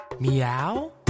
Meow